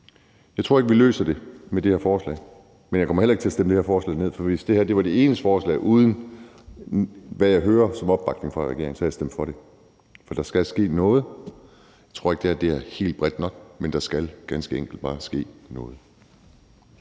Jeg tror ikke, vi løser det med det her forslag, men jeg kommer heller ikke til at stemme det her forslag ned. For hvis det her var det eneste forslag og uden opbakning fra regeringen, havde jeg stemt for det. For der skal ske noget. Jeg tror ikke, det her er helt bredt nok. Men der skal ganske enkelt bare ske noget.